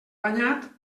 banyat